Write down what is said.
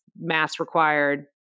mass-required